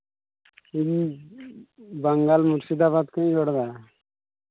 ᱦᱩᱸ ᱵᱟᱝᱜᱟᱞ ᱢᱩᱨᱥᱤᱫᱟᱵᱟᱫᱽ ᱠᱷᱚᱱᱤᱧ ᱨᱚᱲᱫᱟ